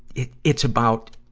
it's, it's about,